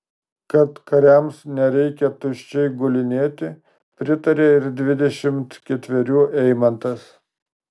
kad kariams nereikia tuščiai gulinėti pritarė ir dvidešimt ketverių eimantas